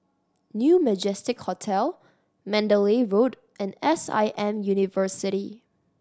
Mew Majestic Hotel Mandalay Road and S I M University